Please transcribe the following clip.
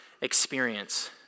experience